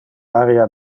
area